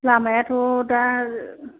लामायाथ' दा